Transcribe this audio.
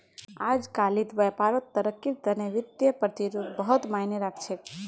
अजकालित व्यापारत तरक्कीर तने वित्तीय प्रतिरूप बहुत मायने राख छेक